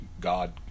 God